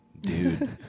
dude